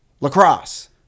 lacrosse